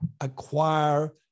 acquire